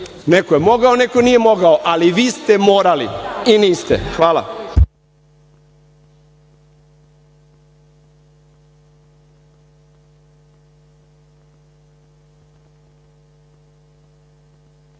neko je mogao, neko nije mogao, ali vi ste morali i niste. Hvala.